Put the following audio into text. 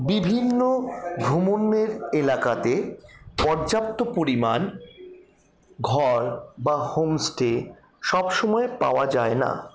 বিভিন্ন ভ্রমণের এলাকাতে পর্যাপ্ত পরিমাণ ঘর বা হোম স্টে সব সময় পাওয়া যায় না